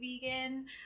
vegan